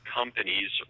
companies